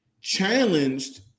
challenged